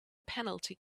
penalty